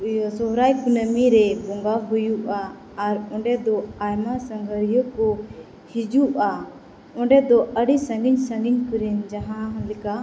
ᱤᱭᱟᱹ ᱥᱚᱨᱦᱟᱭ ᱠᱩᱱᱟᱹᱢᱤ ᱨᱮ ᱵᱚᱸᱜᱟ ᱦᱩᱭᱩᱜᱼᱟ ᱟᱨ ᱚᱸᱰᱮ ᱫᱚ ᱟᱭᱢᱟ ᱥᱟᱸᱜᱷᱟᱨᱤᱭᱟᱹ ᱠᱚ ᱦᱤᱡᱩᱜᱼᱟ ᱚᱸᱰᱮ ᱫᱚ ᱟᱹᱰᱤ ᱥᱟᱺᱜᱤᱧ ᱥᱟᱺᱜᱤᱧ ᱠᱚᱨᱮᱱ ᱡᱟᱦᱟᱸ ᱞᱮᱠᱟ